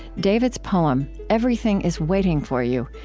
david's poem, everything is waiting for you,